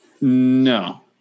No